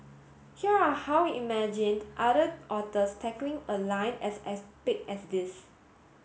here are how we imagined other authors tackling a line as epic as this